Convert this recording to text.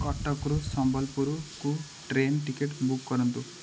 କଟକରୁ ସମ୍ବଲପୁରକୁ train ticket book କରନ୍ତୁ